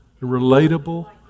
relatable